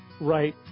Right